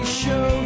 show